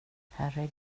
herregud